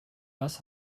was